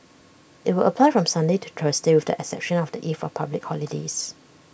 IT will apply from Sunday to Thursday with the exception of the eve of public holidays